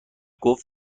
گفت